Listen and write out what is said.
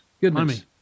goodness